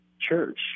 Church